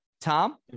Tom